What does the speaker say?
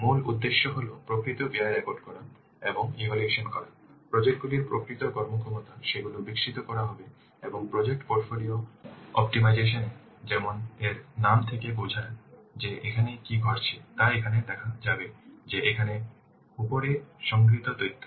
মূল উদ্দেশ্য হল প্রকৃত ব্যয় রেকর্ড করা এবং ইভ্যালুয়েশন করা প্রজেক্ট গুলির প্রকৃত কর্মক্ষমতা সেগুলি বিকশিত করা হবে এবং প্রজেক্ট পোর্টফোলিও অপ্টিমাইজেশন এ যেমন এর নাম থেকে বোঝা যায় যে এখানে কী ঘটছে তা এখানে দেখা যাবে যে এখানে উপরে সংগৃহীত তথ্য